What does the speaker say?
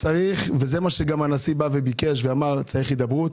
זה גם מה שהנשיא אמר וביקש צריך להידברות.